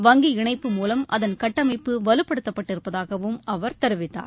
வங்கி இணைப்பு மூலம் அதன் கட்டமைப்பு வலுப்படுத்தப்பட்டிருப்பதாகவும் அவர் தெரிவித்தார்